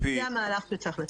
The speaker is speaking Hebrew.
זה המהלך שצריך לצאת.